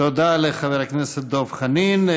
תודה לחבר הכנסת דב חנין.